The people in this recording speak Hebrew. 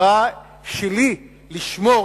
ההכרעה שלי היא לשמור,